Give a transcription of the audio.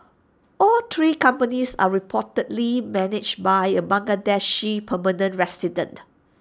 all three companies are reportedly managed by A Bangladeshi permanent resident